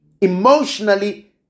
Emotionally